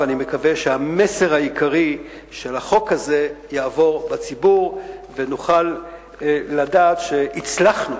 ואני מקווה שהמסר העיקרי של החוק הזה יעבור בציבור ונוכל לדעת שהצלחנו